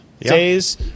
days